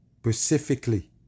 specifically